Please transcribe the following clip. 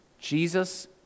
Jesus